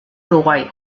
uruguay